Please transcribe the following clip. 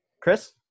Chris